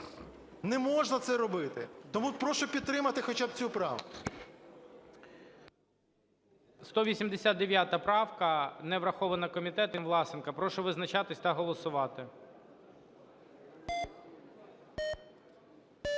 Не можна це робити. Тому прошу підтримати хоча б цю правку.